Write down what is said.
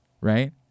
right